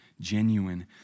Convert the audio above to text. genuine